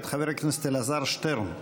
מאת חבר הכנסת אלעזר שטרן.